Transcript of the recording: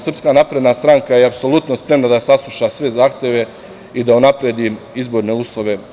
Srpska napredna stranka je apsolutno spremna da sasluša sve zahteve i da unapredi izborne uslove.